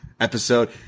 Episode